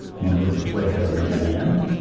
i'm going to move the playhead over near the end.